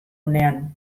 unean